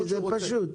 זה פשוט.